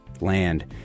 land